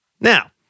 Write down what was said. Now